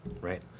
Right